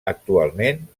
actualment